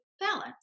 balance